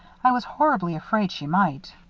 i was horribly afraid she might.